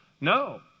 No